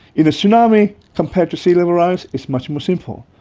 in a tsunami compared to sea level rise, it's much more simple,